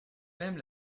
même